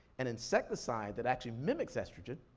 an insecticide that actually mimics estrogen,